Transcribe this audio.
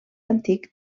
antic